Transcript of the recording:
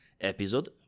episode